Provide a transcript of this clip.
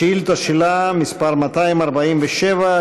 השאילתה שלה מס' 247,